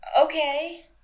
okay